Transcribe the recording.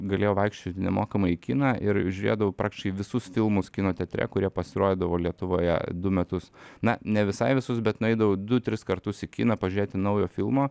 galėjau vaikščioti nemokamai į kiną ir žiūrėdavau praktiškai visus filmus kino teatre kurie pasirodydavo lietuvoje du metus na ne visai visus bet nueidavau du tris kartus į kiną pažiūrėti naujo filmo